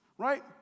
right